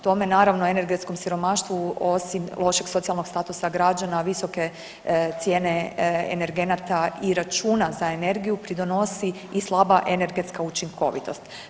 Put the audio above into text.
Tome, naravno, energetskom siromaštvu, osim lošeg socijalnog statusa građana, visoke cijene energenata i računa za energiju pridonosi i slaba energetska učinkovitost.